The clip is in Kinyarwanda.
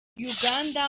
uganda